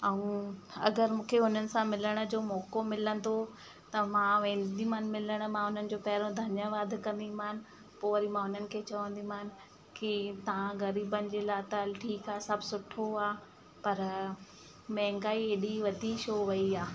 ऐं अगरि मूंखे उन्हनि सां मिलण जो मौको मिलंदो त मां वेंदीमान मिलण मां उन्हनि जो पहिरियों धन्यवादु कंदीमान पोइ वरी मां उन्हनि खे चवंदीमान की तव्हां गरीबनि जे लाइ त हल ठीकु आहे सभु सुठो आहे पर महांगाई ऐॾी वधी छो वई आहे